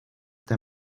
der